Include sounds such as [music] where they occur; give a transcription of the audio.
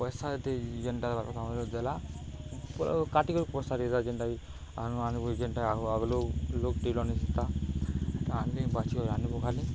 ପଇସା ଦେଇ ଯେନ୍ଟା ଦେଲା ପ କାଟ କରିରି ପଇସା ଦେଇଦବ ଯେନ୍ଟା [unintelligible] ଯେନ୍ଟା [unintelligible] ବାଛି [unintelligible] ଖାଲି